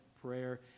prayer